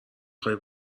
خوای